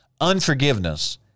Unforgiveness